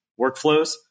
workflows